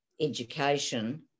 education